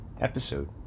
episode